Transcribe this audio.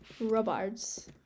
Robards